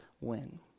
win